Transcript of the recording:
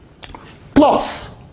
plus